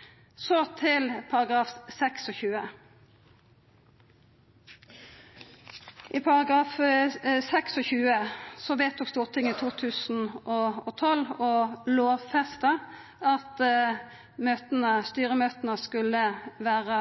i § 26 at styremøta skulle vera